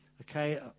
okay